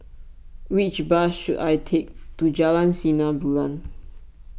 which bus should I take to Jalan Sinar Bulan